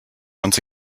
once